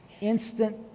instant